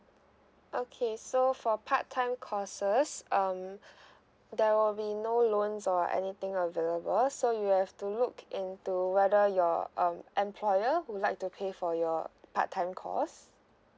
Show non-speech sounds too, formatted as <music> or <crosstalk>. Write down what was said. okay so for part time courses um <breath> there will be no loans or anything available so you have to look into whether your um employer who like to pay for your part time course